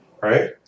right